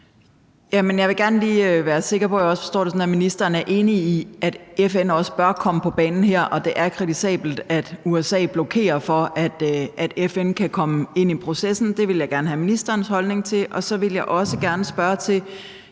jeg også forstår det sådan, at ministeren er enig i, at FN også bør komme på banen her, og at det er kritisabelt, at USA blokerer for, at FN kan komme ind i processen. Det vil jeg gerne høre ministerens holdning til. Og så vil jeg også gerne spørge til